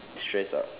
stressed out